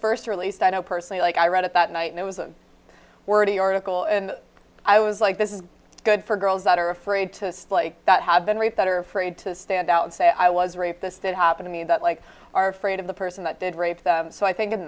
first released i don't personally like i read it that night and it was a wordy oracle and i was like this is good for girls that are afraid to like that have been raped that are afraid to stand out and say i was raped this did happen to me that like are afraid of the person that did rape so i think in